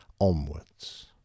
onwards